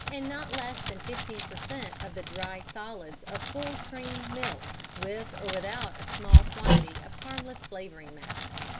and not less than fifteen per cent. of the dry solids of full-cream milk, with or without a small quantity of harmless flavouring matter.